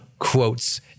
quotes